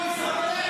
רפורמי, הביתה.